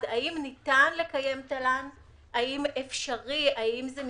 האם ניתן לקיים תל"ן והאם זה מסתדר,